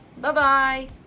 Bye-bye